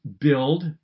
build